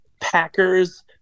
Packers